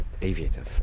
aviator